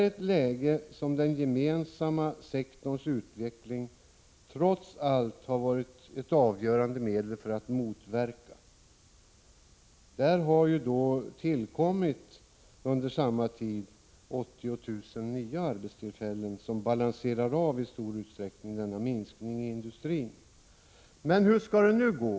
I detta läge har den gemensamma sektorns utveckling trots allt varit ett avgörande medel för att motverka arbetslöshet. Inom denna sektor har det under samma tid tillkommit 80 000 nya arbetstillfällen, som i stor utsträckning balanserar minskningen i industrin. Men hur skall det nu gå?